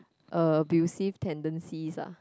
abusive tendencies ah